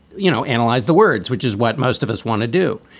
you know, analyze the words, which is what most of us want to do.